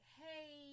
hey